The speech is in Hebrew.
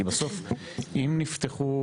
כי בסוף אם נפתחו